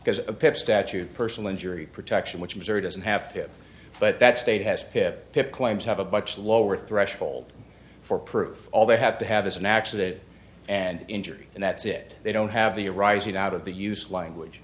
because of pick statute personal injury protection which missouri doesn't have to pay but that state has pip pip claims have a much lower threshold for proof all they have to have is an accident and injury and that's it they don't have the arising out of the use of language